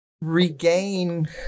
regain